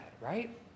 right